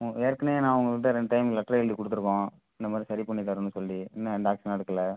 ஏற்கனவே நான் உங்ககிட்ட ரெண்டு டைம் லெட்டர் எழுதி கொடுத்துருக்கோம் இந்த மாதிரி சரி பண்ணி தரணும்னு சொல்லி இன்னும் எந்த ஆக்ஷனும் எடுக்கலை